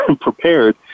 prepared